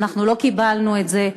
אנחנו לא קיבלנו את זה.